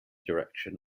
direction